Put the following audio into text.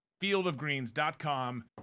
fieldofgreens.com